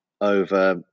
over